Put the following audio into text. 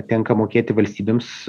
tenka mokėti valstybėms